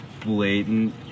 blatant